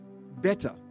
better